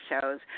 shows